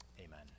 Amen